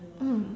mm